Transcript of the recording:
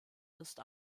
ist